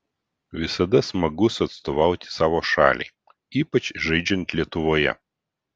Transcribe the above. visada smagus atstovauti savo šaliai ypač žaidžiant lietuvoje